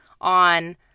on